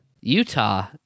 Utah